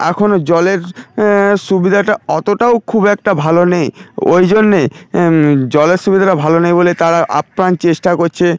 এখনও জলের সুবিধাটা অতটাও খুব একটা ভালো নেই ওই জন্যে জলের সুবিধাটা ভালো নেই বলে তারা আপ্রাণ চেষ্টা কোচ্ছে